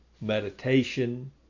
meditation